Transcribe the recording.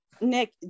nick